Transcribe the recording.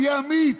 תהיה אמיץ,